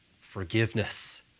Forgiveness